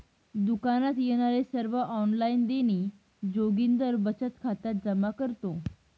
दुकानात येणारे सर्व ऑनलाइन देणी जोगिंदर बचत खात्यात जमा करतो